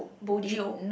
bo jio